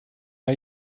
are